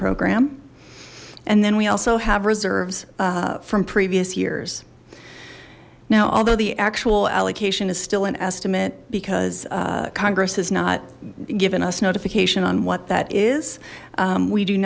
program and then we also have reserves from previous years now although the actual allocation is still an estimate because congress has not given us notification on what that is we do